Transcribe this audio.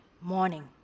morning